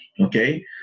Okay